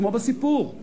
כמו בסיפור,